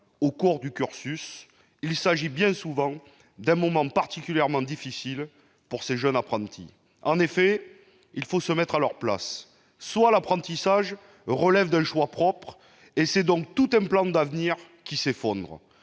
au cours du cursus, c'est bien souvent particulièrement difficile pour ces jeunes apprentis. Il faut se mettre à leur place : soit l'apprentissage relève d'un choix propre, et c'est tout un plan d'avenir qui s'effondre